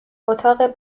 اتاق